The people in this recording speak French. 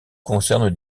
concerne